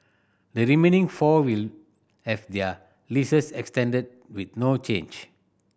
the remaining four will have their leases extended with no change